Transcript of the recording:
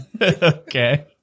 Okay